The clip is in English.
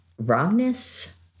wrongness